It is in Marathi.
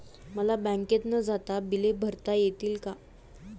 मला बँकेत न जाता बिले भरता येतील का?